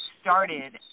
started